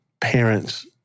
parents